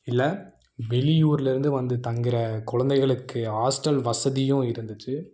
இல்லை வெளியூரிலிருந்து வந்து தங்குற குழந்தைகளுக்கு ஆஸ்டல் வசதியும் இருந்துச்சு